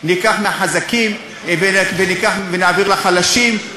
ניקח מהחזקים ונעביר לחלשים.